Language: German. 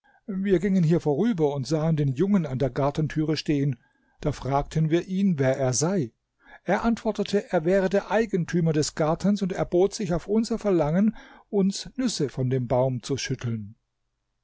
wir gingen hier vorüber und sahen den jungen an der gartentüre stehen da fragten wir ihn wer er sei er antwortete er wäre der eigentümer des gartens und erbot sich auf unser verlangen uns nüsse von dem baum zu schütteln